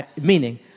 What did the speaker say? meaning